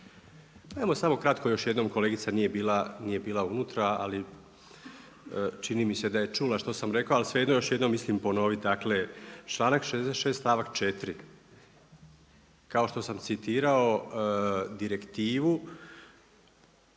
Evo samo kratko još jednom, kolegica nije bila unutra, ali čini mi se da je čula što sam rekao ali svejedno mislim ponoviti. Dakle, članak 66. stavak 4., kao što sam citirao, direktivu,